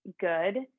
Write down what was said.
good